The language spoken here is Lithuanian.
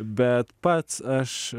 bet pats aš